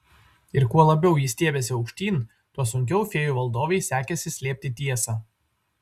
ir kuo labiau ji stiebėsi aukštyn tuo sunkiau fėjų valdovei sekėsi slėpti tiesą